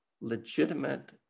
legitimate